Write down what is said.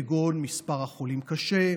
כגון מספר החולים קשה,